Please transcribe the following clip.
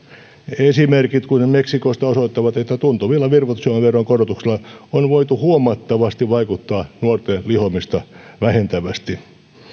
esimerkit kuten meksikosta osoittavat että tuntuvilla virvoitusjuomaveron korotuksilla on voitu huomattavasti vaikuttaa nuorten lihomista vähentävästi